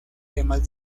temas